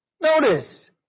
Notice